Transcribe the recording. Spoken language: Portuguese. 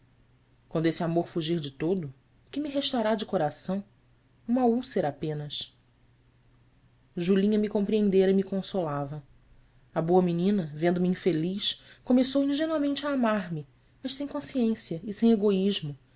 quando esse amor fugir de todo o que me restará de coração uma úlcera apenas julinha me compreendera e me consolava a boa menina vendo-me infeliz começou ingenuamente a amar-me mas sem consciência e sem